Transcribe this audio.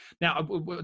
Now